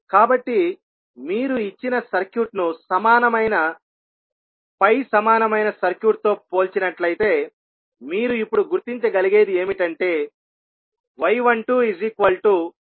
కాబట్టి మీరు ఇచ్చిన సర్క్యూట్ను సమానమైన పై సమానమైన సర్క్యూట్తో పోల్చినట్లయితే మీరు ఇప్పుడు గుర్తించగలిగేది ఏమిటంటే y12 0